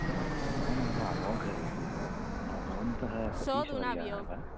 नमस्ते मम नाम अमोघ इति भवन्तः सतीशवर्यः वा